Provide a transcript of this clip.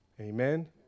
Amen